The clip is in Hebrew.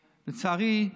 לצערי,